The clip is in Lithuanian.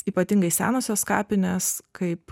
ypatingai senosios kapinės kaip